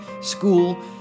school